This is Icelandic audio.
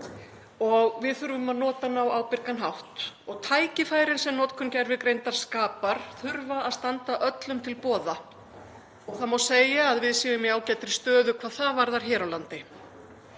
og við þurfum að nota hana á ábyrgan hátt. Tækifærin sem notkun gervigreindar skapar þurfa að standa öllum til boða. Það má segja að við séum í ágætri stöðu hvað það varðar hér á landi.